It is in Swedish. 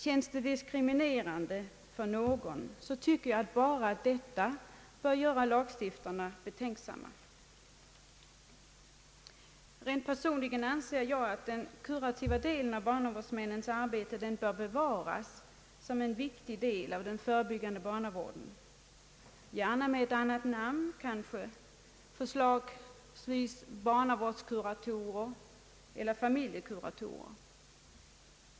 Känns det diskriminerande för någon, anser jag att bara detta bör göra lagstiftarna betänksamma. Rent personligen anser jag att den kurativa delen av arbetet bör bevaras som en viktig del av den förebyggande barnavården — gärna med ett annat namn, förslagsvis barnavårdskuratorer eller familjekuratorer.